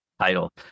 Title